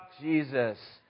Jesus